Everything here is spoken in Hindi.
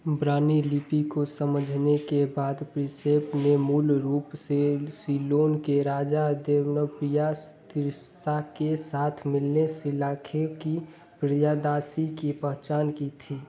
ब्राह्मी लिपि को समझने के बाद प्रिंसेप ने मूल रूप से सीलोन के राजा देवनमपियास तिर्सा के साथ मिलने शिलाखे की प्रियादासी की पहचान की थी